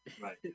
Right